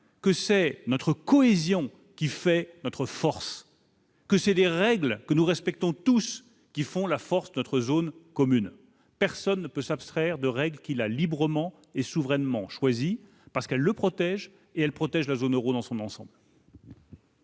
que c'est notre cohésion qui fait notre force, que c'est des règles que nous respectons tous qui font la force de notre zone commune, personne ne peut s'abstraire de règles qui a librement et souverainement choisi parce qu'elle le protège et elle protège la zone Euro dans son ensemble.